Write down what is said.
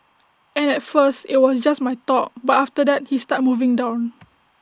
and at first IT was just my top but after that he started moving down